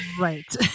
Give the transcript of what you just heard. Right